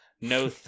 No